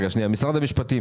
יש לנו את משרד המשפטים?